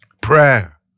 Prayer